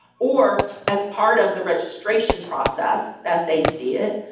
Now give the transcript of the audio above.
or as part of the registration process that they see it,